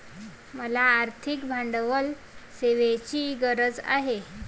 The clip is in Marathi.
मला आर्थिक भांडवल सेवांची गरज आहे